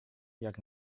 jak